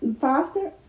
faster